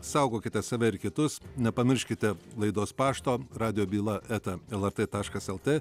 saugokite save ir kitus nepamirškite laidos pašto radijo byla etas lrt taškas lt